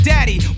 Daddy